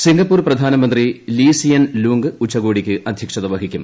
Singapore പ്രധാനമന്ത്രി Lee Hsien Loong ഉച്ചകോടിക്ക് അധ്യക്ഷത വഹിക്കും